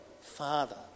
Father